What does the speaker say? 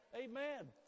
Amen